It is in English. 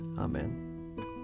Amen